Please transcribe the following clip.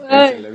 !hais!